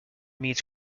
means